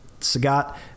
Sagat